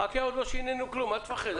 חכה, עוד לא שינינו כלום, אל תפחד.